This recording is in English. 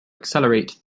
accelerate